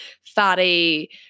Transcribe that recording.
fatty